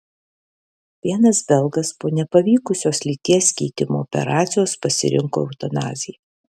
vienas belgas po nepavykusios lyties keitimo operacijos pasirinko eutanaziją